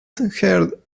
heard